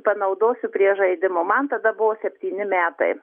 panaudosiu prie žaidimo man tada buvo septyni metai